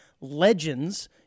legends